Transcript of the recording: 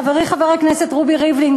חברי חבר הכנסת רובי ריבלין,